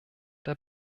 der